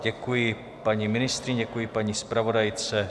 Děkuji paní ministryni, děkuji paní zpravodajce.